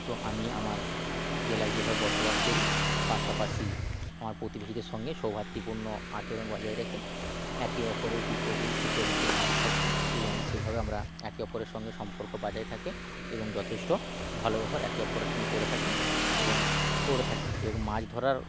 তো আমি আমার জেলায় যেভাবে বসবাস করি পাশাপাশি আমার প্রতিবেশীপূর্ণ সঙ্গে সৌহার্দপূর্ণ আচরণ বজায় রেখে একে অপরের বিপদে সুখে দুঃখে সাথ থাকি এবং সেইভাবে আমরা একে অপরের সঙ্গে সম্পর্ক বাজায় থাকে এবং যথেষ্ট ভালো ব্যবহার একে অপরের সঙ্গে করে থাকেন এবং করে থাকি এবং মাছ ধরার